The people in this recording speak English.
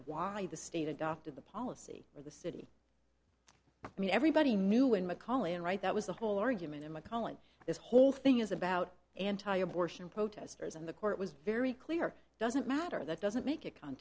why the state adopted the policy or the city i mean everybody knew in mcallen right that was the whole argument in mcallen this whole thing is about anti abortion protesters and the court was very clear it doesn't matter that doesn't make it con